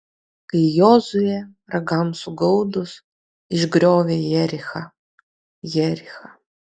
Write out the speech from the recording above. kai jozuė ragams sugaudus išgriovė jerichą jerichą